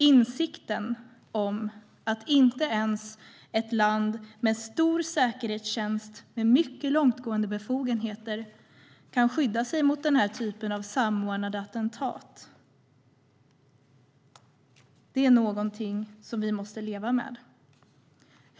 Insikten om att inte ens ett land som har en stor säkerhetstjänst med mycket långtgående befogenheter kan skydda sig mot den här typen av samordnade attentat är någonting som vi måste leva med.